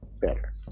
better